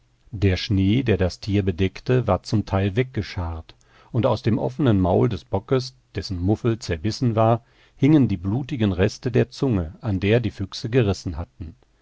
der schnee der das tier bedeckte war zum teil weggescharrt und aus dem offenen maul des bockes dessen muffel zerbissen war hingen die blutigen reste der zunge an der die füchse gerissen hatten